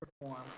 perform